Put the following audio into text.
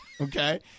Okay